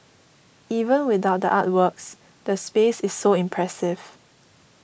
even without the artworks the space is so impressive